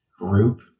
group